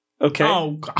Okay